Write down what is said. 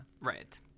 right